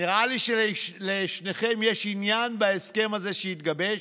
נראה לי שלשניכם יש עניין בהסכם הזה שהתגבש.